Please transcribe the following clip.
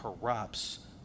corrupts